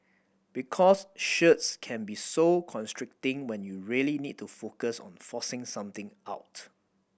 because shirts can be so constricting when you really need to focus on forcing something out